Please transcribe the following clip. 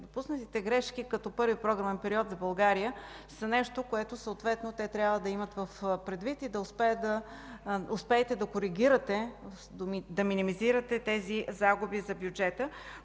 допуснатите грешки, като първи програмен период за България, са нещо, което те съответно трябва да имат предвид и да успеете да коригирате, да минимизирате тези загуби за бюджета.